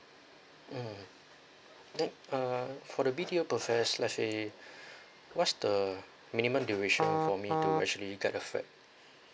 um then uh for the B_T_O process let's say what's the minimum duration for me to actually get the flat